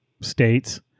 states